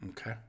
Okay